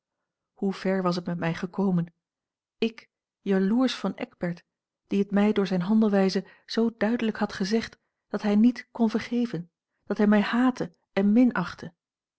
hoe ver was het met mij gekomen ik jaloersch van eckbert die het mij door zijne handelwijze zoo duidelijk had gezegd dat hij niet kon vergeven dat hij mij haatte en